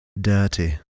dirty